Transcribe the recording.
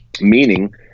meaning